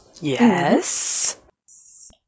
Yes